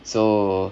so